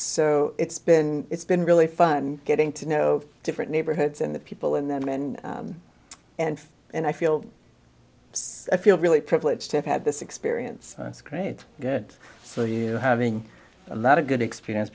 so it's been it's been really fun getting to know different neighborhoods and the people in them and and and i feel i feel really privileged to have had this experience it's great good for you having a lot of good experience